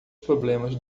problemas